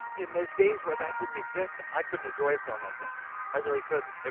but in the days where that didn't exist, i couldn't enjoy a film like that. i really couldn't. and